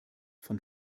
von